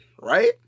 Right